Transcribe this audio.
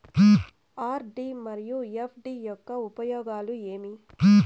RD మరియు FD యొక్క ఉపయోగాలు ఏమి?